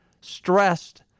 stressed